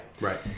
Right